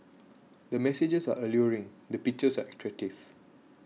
the messages are alluring the pictures are attractive